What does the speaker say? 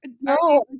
no